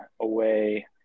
away